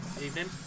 Evening